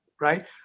right